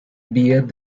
vías